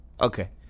Okay